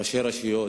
ראשי רשויות,